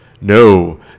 no